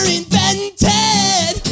invented